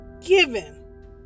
given